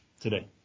today